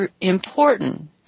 important